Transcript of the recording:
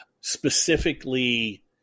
Specifically